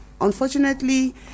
Unfortunately